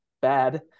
Bad